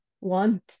want